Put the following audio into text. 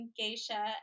geisha